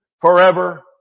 forever